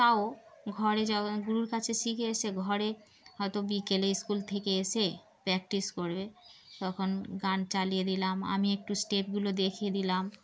তাও ঘরে যখন গুরুর কাছে শিখে এসে ঘরে হয়তো বিকেলে স্কুল থেকে এসে প্র্যাকটিস করবে তখন গান চালিয়ে দিলাম আমি একটু স্টেপগুলো দেখিয়ে দিলাম